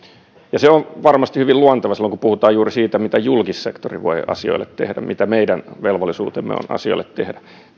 se on varmasti hyvin luonteva silloin kun puhutaan juuri siitä mitä julkissektori voi asioille tehdä mikä meidän velvollisuutemme on asioille tehdä